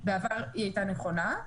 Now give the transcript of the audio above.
בעבר היא הייתה נכונה,